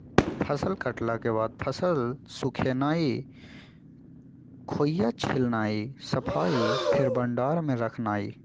फसल कटला के बाद फसल सुखेनाई, खोइया छिलनाइ, सफाइ, फेर भण्डार में रखनाइ